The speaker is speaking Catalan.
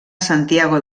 santiago